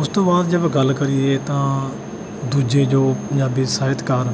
ਉਸ ਤੋਂ ਬਾਅਦ ਜੇ ਆਪਾਂ ਗੱਲ ਕਰੀਏ ਤਾਂ ਦੂਜੇ ਜੋ ਪੰਜਾਬੀ ਸਾਹਿਤਕਾਰ